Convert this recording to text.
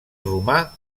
romà